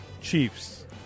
chiefs